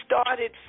started